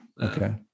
Okay